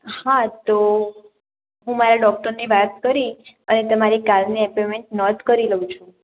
તો હું મારા ડોક્ટરને વાત કરી અને તમારી કાલની એપોઇન્મેન્ટ નોંધ કરી લઉં છું